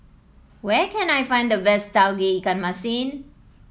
where can I find the best Tauge Ikan Masin